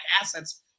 assets